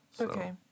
Okay